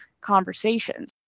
conversations